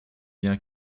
bien